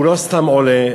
והוא לא סתם עולה,